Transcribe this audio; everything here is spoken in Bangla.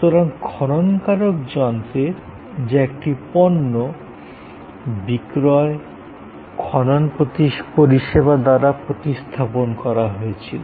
সুতরাং খননকারক যন্ত্রের যা একটি পণ্য বিক্রয় খনন পরিষেবা দ্বারা প্রতিস্থাপন করা হয়েছিল